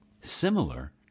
similar